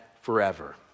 forever